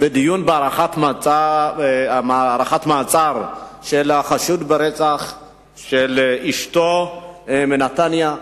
בדיון בהארכת מעצר של החשוד ברצח של אשתו בנתניה.